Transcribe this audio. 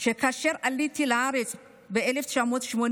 שכאשר עליתי לארץ ב-1984,